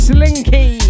Slinky